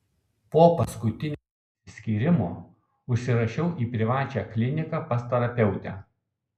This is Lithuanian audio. po paskutinio išsiskyrimo užsirašiau į privačią kliniką pas terapeutę